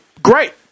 Great